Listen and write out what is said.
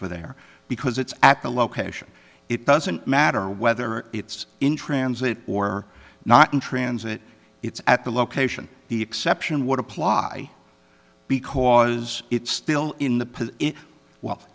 for there because it's at the location it doesn't matter whether it's in transit or not in transit it's at the location the exception would apply because it's still in the w